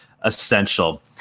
essential